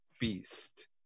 beast